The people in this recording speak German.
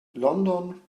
london